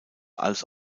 als